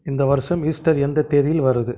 இந்த வருஷம் ஈஸ்டர் எந்த தேதியில் வருது